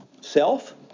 Self